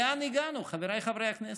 לאן הגענו, חבריי חברי הכנסת?